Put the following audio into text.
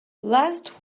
last